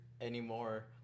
anymore